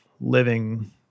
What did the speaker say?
living